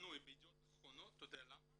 מנוי בידיעות אחרונות, אתה יודע למה?